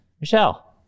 Michelle